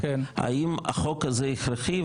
גיל: האם החוק הזה הכרחי?